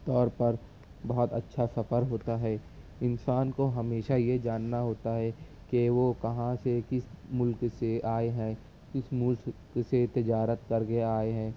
طور پر بہت اچھا سفر ہوتا ہے انسان کو ہمیشہ یہ جاننا ہوتا ہے کہ وہ کہاں سے کس ملک سے آئے ہیں کس مسک سے تجارت کر کے آئے ہیں